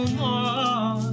more